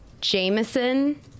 Jameson